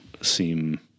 seem